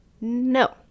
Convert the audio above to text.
No